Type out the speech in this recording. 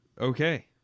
Okay